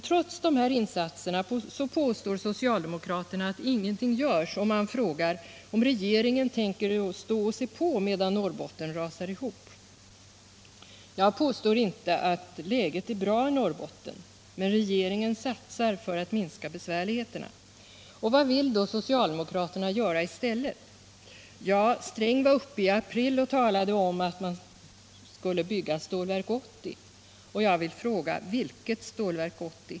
Trots dessa insatser påstår emellertid socialdemokraterna att ingenting görs, och de frågar om regeringen tänker stå och se på medan Norrbotten rasar ihop. Jag påstår inte att läget är bra i Norrbotten, men regeringen satsar för att minska svårigheterna. Och vad vill då socialdemokraterna göra i stället? Ja, Gunnar Sträng talade i april om att man skulle bygga Stålverk 80. Vilket Stålverk 80?